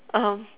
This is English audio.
um